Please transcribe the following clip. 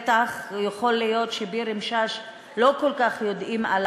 יכול להיות שעל ביר-אלמשאש לא כל כך יודעים,